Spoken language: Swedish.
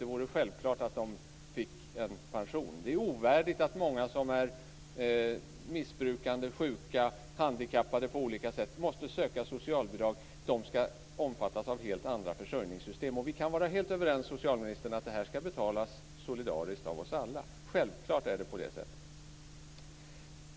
Det vore självklart att de fick en pension. Det är ovärdigt att många som är missbrukande, sjuka, handikappade på olika sätt måste söka socialbidrag. De ska omfattas av helt andra försörjningssystem. Vi kan vara helt överens, socialministern, om att det ska betalas solidariskt av oss alla. Självklart är det på det sättet.